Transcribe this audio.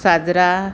साजरा